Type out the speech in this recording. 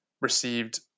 received